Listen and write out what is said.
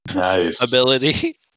ability